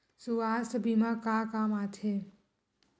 सुवास्थ बीमा का काम आ थे?